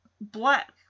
black